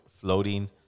floating